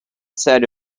said